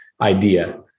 Idea